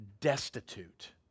destitute